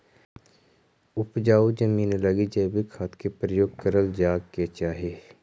उपजाऊ जमींन लगी जैविक खाद के प्रयोग करल जाए के चाही